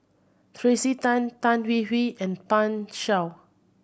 Tracey Tan Tan Hwee Hwee and Pan Shou